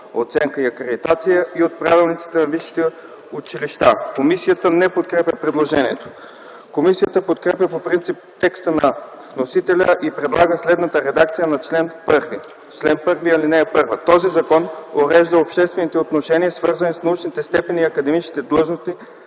оценяване и акредитация и от правилниците на висшите училища”.” Комисията не подкрепя предложението. Комисията подкрепя по принцип текста на вносителя и предлага следната редакция на чл. 1: „Чл. 1. (1) Този закон урежда обществените отношения, свързани с научните степени и академичните длъжности